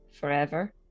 forever